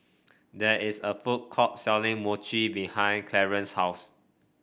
there is a food court selling Mochi behind Clarence's house